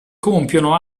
compiono